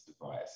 device